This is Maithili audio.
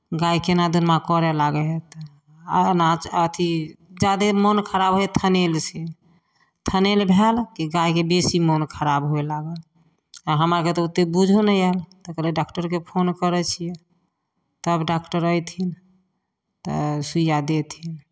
गाए केना दना करय लागै हइ तऽ आ नाच अथि ज्यादे मोन खराब होइए थनैलसँ थनैल भएल कि गाएकेँ बेशी मोन खराब होइ लागल आ हमरा अरके तऽ ओतेक बुझओ नहि आयल तऽ कहलियै डाक्टरकेँ फोन करै छियै तब डाक्टर अयथिन तऽ सुइआ देथिन